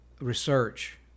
research